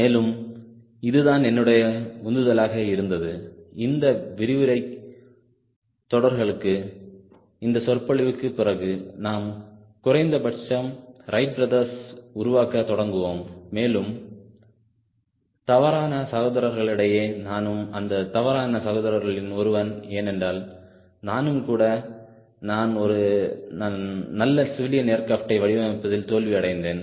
மேலும் இதுதான் என்னுடைய உந்துதலாக இருந்தது இந்த விரிவுரைத் தொடர்களுக்கு இந்த சொற்பொழிவுக்குப் பிறகு நாம் குறைந்தபட்சம் ரைட் பிரதர்ஸை உருவாக்க தொடங்குவோம் மேலும் தவறான சகோதரர்களிடையே நானும் அந்த தவறான சகோதரர்களில் ஒருவன் ஏனென்றால் நானும் கூட நான் நல்ல சிவிலியன் ஏர்க்ரப்டை வடிவமைப்பதில் தோல்வி அடைந்தேன்